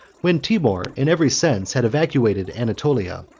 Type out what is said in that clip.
when timour, in every sense, had evacuated anatolia,